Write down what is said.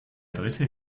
dritte